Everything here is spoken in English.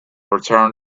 returned